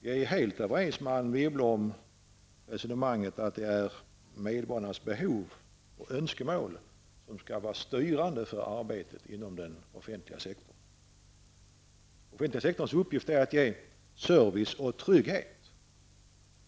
Vi är helt överens med Anne Wibble om resonemanget att det är medborgarnas behov och önskemål som skall vara styrande för arbetet inom den offentliga sektorn. Den offentliga sektorns uppgift är att ge service och trygghet.